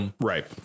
right